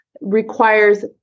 requires